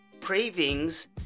cravings